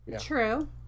True